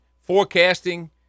forecasting